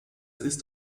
ist